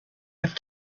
have